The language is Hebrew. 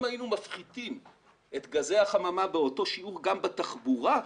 אם היינו מפחיתים את גזי החממה באותו שיעור גם בתחבורה,